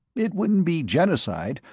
it wouldn't be genocide,